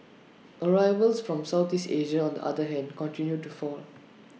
arrivals from Southeast Asia on the other hand continued to fall